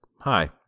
Hi